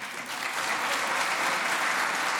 (חותם על ההצהרה)